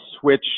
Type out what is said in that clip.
switch